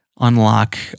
unlock